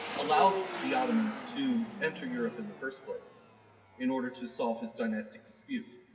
allowed the ottomans to enter europe in the first place in order to solve his dynastic dispute.